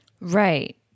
Right